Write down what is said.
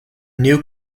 new